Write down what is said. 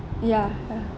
ya ya